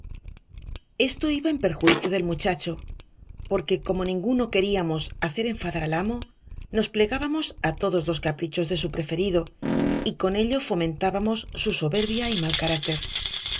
esto iba en perjuicio del muchacho porque como ninguno queríamos hacer enfadar al amo nos plegábamos a todos los caprichos de su preferido y con ello fomentábamos su soberbia y mal carácter